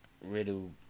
Riddle